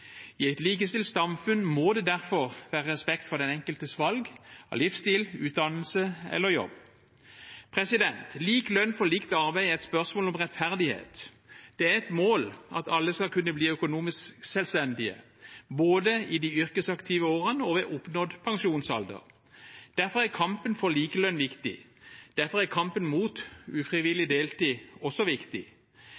I et likestilt samfunn må det derfor være respekt for den enkeltes valg – av livsstil, utdannelse eller jobb. Lik lønn for likt arbeid er et spørsmål om rettferdighet. Det er et mål at alle skal kunne bli økonomisk selvstendige, både i de yrkesaktive årene og ved oppnådd pensjonsalder. Derfor er kampen for likelønn viktig, derfor er kampen mot